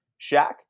Shaq